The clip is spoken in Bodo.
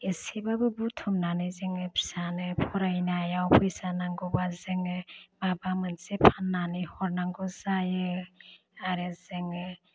एसेबाबो बुथुमनानै जोङो फिसानो फरायनायाव फैसा नांगौबा जोङो माबा मोनसे फान्नानै हरनांगौ जायो आरो जोङो